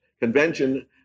Convention